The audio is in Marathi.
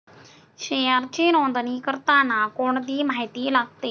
शेअरची नोंदणी करताना कोणती माहिती लागते?